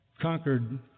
conquered